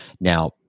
Now